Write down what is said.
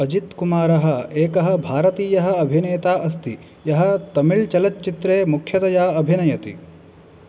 अजित्कुमारः एकः भारतीयः अभिनेता अस्ति यः तमिल् चलच्चित्रे मुख्यतया अभिनयति